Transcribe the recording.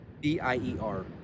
B-I-E-R